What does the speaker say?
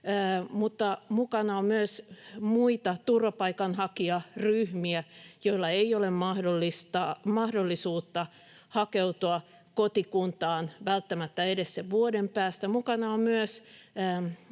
mutta mukana on myös muita turvapaikanhakijaryhmiä, joilla ei ole mahdollisuutta hakeutua kotikuntaan välttämättä edes sen vuoden päästä. Mukana on myös